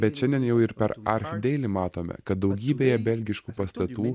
bet šiandien jau ir per archdeily matome kad daugybėje belgiškų pastatų